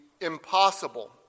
impossible